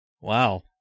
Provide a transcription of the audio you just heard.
Wow